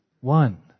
one